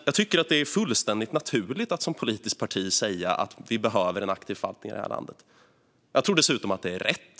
Jag tycker att det är fullständigt naturligt att man som politiskt parti säger att det behövs en aktiv förvaltning i detta land. Dessutom tror jag att det är rätt.